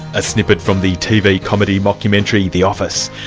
a snippet from the tv comedy mocumentary the office.